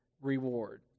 reward